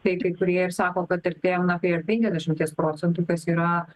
tai kai kurie ir sako kad artėjama prie penkiasdešimties procentų kas yra